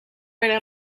era